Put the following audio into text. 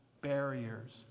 barriers